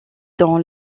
dans